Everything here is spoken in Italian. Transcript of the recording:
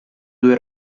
due